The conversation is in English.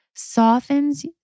softens